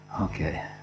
Okay